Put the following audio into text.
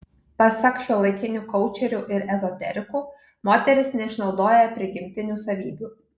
pasak šiuolaikinių koučerių ir ezoterikų moteris neišnaudoja prigimtinių savybių